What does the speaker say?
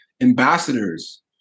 ambassadors